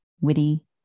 witty